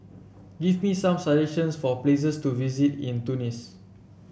give me some suggestions for places to visit in Tunis